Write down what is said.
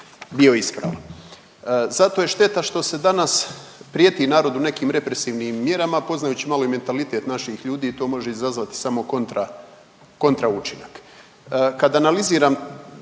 bio ispravan. Zato je šteta što se danas prijeti narodu nekim represivnim mjerama poznajući malo i mentalitet naših ljudi i to može izazvati samo kontra učinak. Kada analiziram